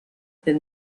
then